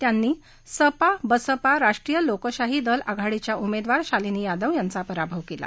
त्यांनी सपा बसपा राष्ट्रीय लोकशाही दल आघाडीच्या उमेदवार शालिनी यादव यांचा पराभव केला